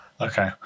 Okay